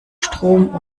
strom